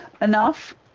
enough